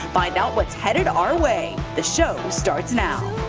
find out what's headed our way. the show starts now.